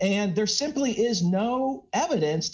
and there simply is no evidence